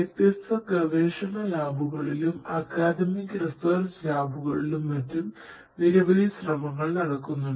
വ്യത്യസ്ത ഗവേഷണ ലാബുകളിലും അക്കാദമിക് റിസർച്ച് ലാബുകളിലും മറ്റും നിരവധി ശ്രമങ്ങൾ നടക്കുന്നുണ്ട്